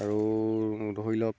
আৰু ধৰি লওক